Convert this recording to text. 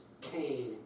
Cain